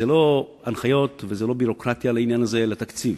זה לא הנחיות וזה לא ביורוקרטיה לעניין הזה אלא תקציב.